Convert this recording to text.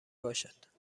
باشد